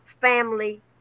family